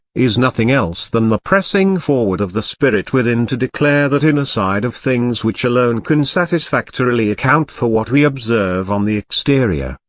is nothing else than the pressing forward of the spirit within to declare that inner side of things which alone can satisfactorily account for what we observe on the exterior,